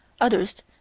others